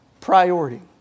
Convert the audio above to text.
priority